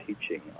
teaching